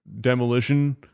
demolition